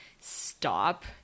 stop